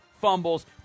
fumbles